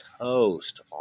toast